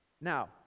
now